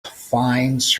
finds